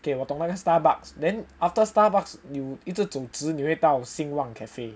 okay 我懂那个 then after Starbucks you 一直走之你回到新旺 cafe